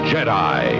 Jedi